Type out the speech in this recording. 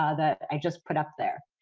ah that i just put up there.